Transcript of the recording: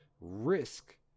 risk